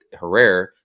Herrera